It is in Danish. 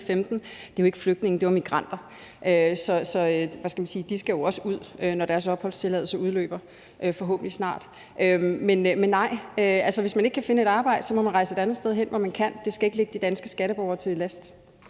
i 2015, jo ikke var flygtninge. Det var migranter. Så de skal jo også ud, når deres opholdstilladelse udløber – forhåbentlig snart. Nej, hvis man ikke kan finde et arbejde, må man rejse et andet sted hen, hvor man kan. Det skal ikke ligge de danske skatteborgere til last.